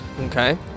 Okay